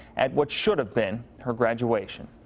at what should have been her graduation.